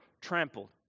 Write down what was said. trampled